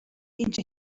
into